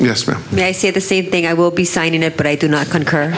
yes ma'am may say the same thing i will be signing it but i do not concur